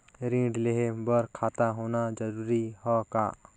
ऋण लेहे बर खाता होना जरूरी ह का?